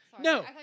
No